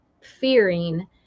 fearing